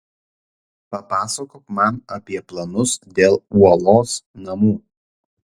papasakok man apie planus dėl uolos namų